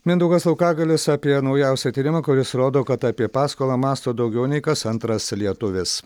mindaugas laukagalis apie naujausią tyrimą kuris rodo kad apie paskolą mąsto daugiau nei kas antras lietuvis